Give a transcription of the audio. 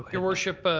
ah your worship,